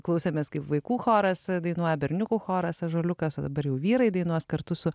klausėmės kaip vaikų choras dainuoja berniukų choras ąžuoliukas o dabar jau vyrai dainuos kartu su